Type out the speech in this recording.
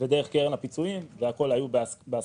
ודרך קרן הפיצויים הכול היה בהסכמה.